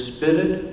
Spirit